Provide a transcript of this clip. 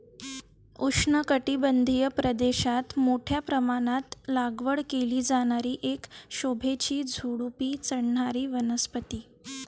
उष्णकटिबंधीय प्रदेशात मोठ्या प्रमाणात लागवड केली जाणारी एक शोभेची झुडुपी चढणारी वनस्पती